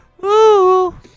Woo